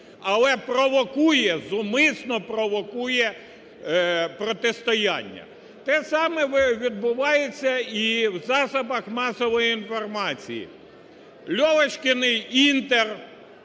але провокує, зумисно провокує, протистояння. Те саме відбувається і в засобах масової інформації: